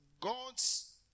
God's